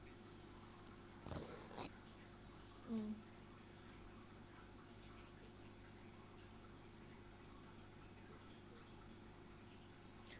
mm